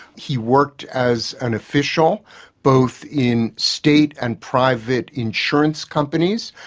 he worked as an official both in state and private insurance companies,